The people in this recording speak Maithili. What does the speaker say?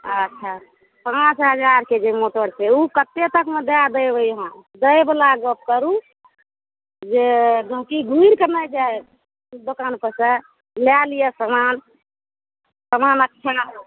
अच्छा पाँच हजारके जे मोटर छै ओ कतेक तकमे दए देबै अहाँ दै बला गप करू जे गैहिंकी घुरि कऽ नहि जाइ दोकानपर सऽ लए लियऽ समान समान अच्छा